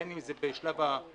בין אם זה בשלב הרישיון